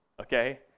okay